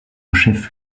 chef